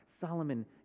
Solomon